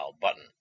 button